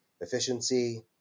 efficiency